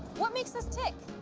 what makes us tick?